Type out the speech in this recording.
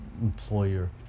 employer